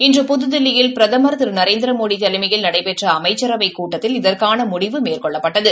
இன்று புதுதில்லியில் பிரதம் திரு நரேந்திரமோடி தலைமையில் நடைபெற்ற அமைச்சரவைக் கூட்டத்தில் இதற்கான முடிவு மேற்கொள்ளப்பட்டது